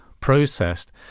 processed